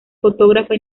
fotógrafa